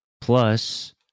plus